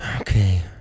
Okay